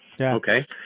Okay